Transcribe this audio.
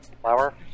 Flower